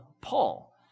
Paul